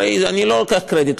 הרי אני לא לוקח קרדיט,